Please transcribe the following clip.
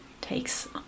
takes